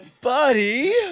Buddy